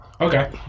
Okay